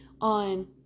on